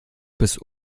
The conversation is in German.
bis